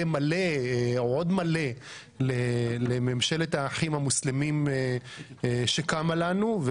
מלא-מלא לממשלת האחים המוסלמים שקמה לנו,